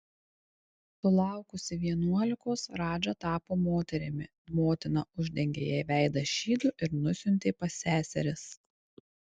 sulaukusi vienuolikos radža tapo moterimi motina uždengė jai veidą šydu ir nusiuntė pas seseris